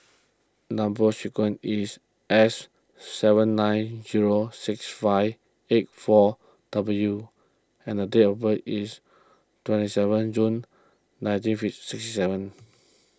Number Sequence is S seven nine zero six five eight four W and the date of birth is twenty seven June nineteen sixty seven